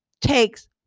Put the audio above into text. takes